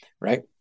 Right